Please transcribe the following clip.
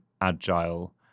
agile